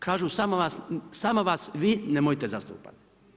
Kažu samo vas vi nemojte zastupati.